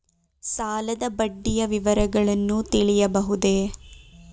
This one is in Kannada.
ಸಾಲದ ಬಡ್ಡಿಯ ವಿವರಗಳನ್ನು ತಿಳಿಯಬಹುದೇ?